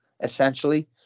essentially